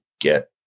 get